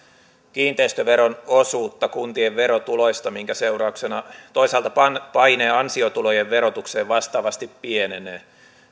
kiinteistöveron osuutta kuntien verotuloista minkä seurauksena toisaalta paine ansiotulojen verotukseen vastaavasti pienenee